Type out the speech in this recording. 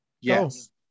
Yes